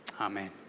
Amen